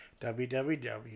www